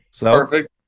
Perfect